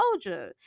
soldier